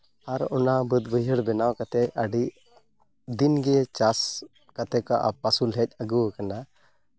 ᱟᱨ ᱚᱱᱟ ᱵᱟᱹᱫᱽ ᱵᱟᱹᱭᱦᱟᱹᱲ ᱵᱮᱱᱟᱣ ᱠᱟᱛᱮᱫ ᱟᱹᱰᱤ ᱫᱤᱱᱜᱮ ᱪᱟᱥ ᱠᱟᱛᱮᱫ ᱠᱚ ᱟᱹᱯᱟᱹᱥᱩᱞ ᱦᱮᱡ ᱟᱹᱜᱩ ᱟᱠᱟᱱᱟ